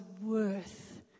worth